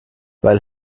weil